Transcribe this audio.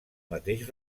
mateix